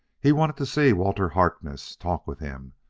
he wanted to see walter harkness, talk with him,